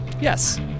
Yes